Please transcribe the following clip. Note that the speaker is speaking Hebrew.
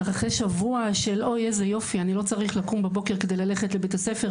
אחרי שבוע של אוי איזה יופי אני לא צריך לקום בבוקר כדי ללכת לבית הספר,